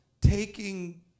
taking